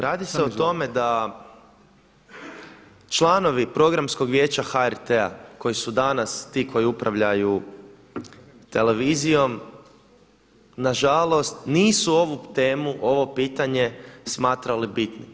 Radi se o tome da članovi Programskog vijeća HRT-a koji su danas ti koji upravljaju televizijom na žalost nisu ovu temu, ovo pitanje smatrali bitnim.